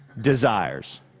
desires